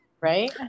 Right